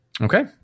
Okay